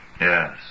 Yes